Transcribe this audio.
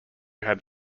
had